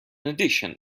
addition